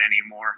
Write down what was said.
anymore